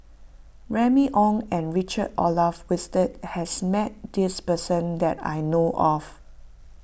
Remy Ong and Richard Olaf Winstedt has met this person that I know of